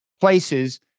places